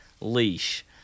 leash